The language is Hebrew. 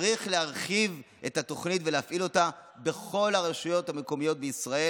צריך להרחיב את התוכנית ולהפעיל אותה בכל הרשויות המקומיות בישראל.